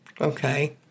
Okay